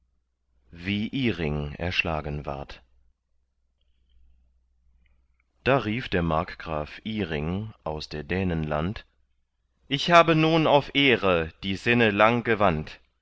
wie iring erschlagen ward da rief der markgraf iring aus der dänen land ich habe nun auf ehre die sinne lang gewandt